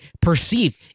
perceived